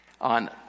on